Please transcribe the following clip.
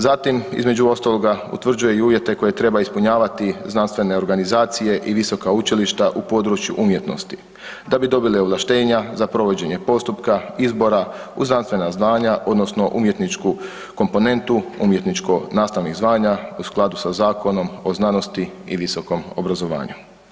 Zatim između ostaloga utvrđuje i uvjete koje treba ispunjavati znanstvene organizacije i visoka učilišta u području umjetnosti da bi dobili ovlaštenja za provođenje postupka izbora u znanstvena zvanja odnosno umjetničku komponentu umjetničko nastavnih zvanja u skladu sa Zakonom o znanosti i visokom obrazovanju.